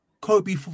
Kobe